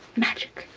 magic!